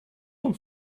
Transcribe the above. vom